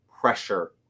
Pressure